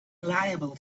liable